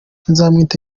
nzamwita